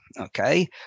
okay